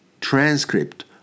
transcript